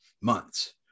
months